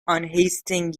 unhasting